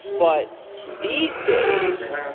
but these days,